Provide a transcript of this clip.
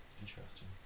Interesting